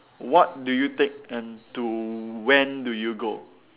what do you take and to when do you go